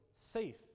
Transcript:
safe